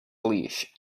leash